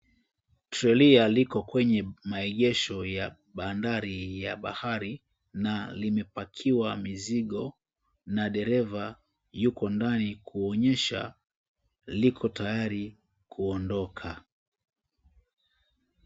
Trelia liko kwenye maegesho ya bandari ya bahari na limepakiwa mizigo na dereva yuko ndani kuonyesha liko tayari kuondoka.